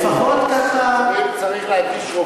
לפחות ככה, צריך להדגיש: